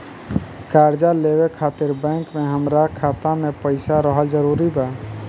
कर्जा लेवे खातिर बैंक मे हमरा खाता मे पईसा रहल जरूरी बा?